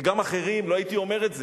וגם אחרים, לא הייתי אומר את זה,